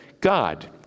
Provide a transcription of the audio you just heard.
God